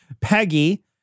Peggy